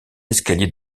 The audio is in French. escalier